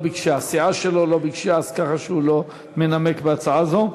הסיעה שלו לא ביקשה, כך שהוא לא מנמק בהצעה זאת.